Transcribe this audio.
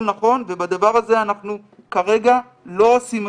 נכון ובדבר הזה אנחנו כרגע לא עושים מספיק.